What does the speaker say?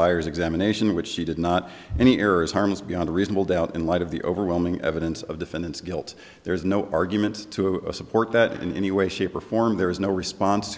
buyers examination which she did not and here is harmless beyond reasonable doubt in light of the overwhelming evidence of defendant's guilt there is no argument to support that in any way shape or form there is no response